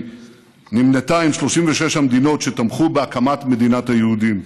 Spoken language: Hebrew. היא נמנתה עם 36 המדינות שתמכו בהקמת מדינת היהודים.